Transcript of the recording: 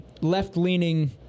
left-leaning—